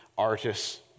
artists